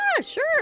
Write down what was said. sure